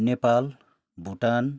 Nepal Bhutan